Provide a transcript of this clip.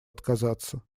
отказаться